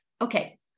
Okay